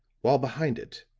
while behind it,